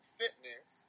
fitness